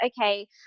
okay